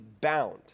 bound